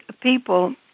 people